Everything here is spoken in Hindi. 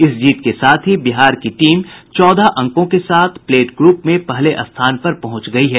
इस जीत के साथ ही बिहार की टीम चौदह अंकों के साथ प्लेट ग्रूप में पहले स्थान पर पहुंच गयी है